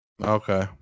Okay